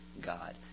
God